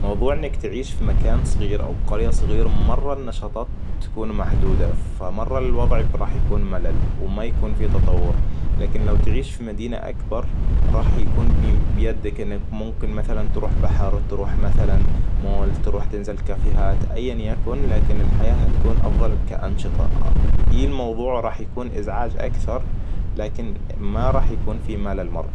موضوع إنك تعيش في مكان صغير أو قرية صغير مرة النشاطات تكون محدودة. فمرة الوضع راح يكون ملل وما يكون في تطور. لكن لو تعيش في مدينة أكبر راح يكون بي- بيدك إنك ممكن مثلاً تروح بحر تروح مثلاً مول تروح تنزل كافيهات اياً يكن لكن الحياه هيكون افضل كأنشطة. في الموضوع راح يكون ازعاج اكثر لكن ما راح يكون في ملل مره